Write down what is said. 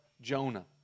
Jonah